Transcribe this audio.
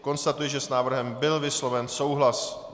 Konstatuji, že s návrhem byl vysloven souhlas.